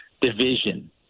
Division